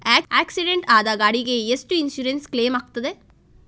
Accident ಆದ ಗಾಡಿಗೆ ಎಷ್ಟು ಇನ್ಸೂರೆನ್ಸ್ ಕ್ಲೇಮ್ ಆಗ್ತದೆ?